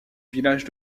village